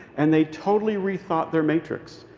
and they totally rethought their matrix.